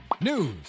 news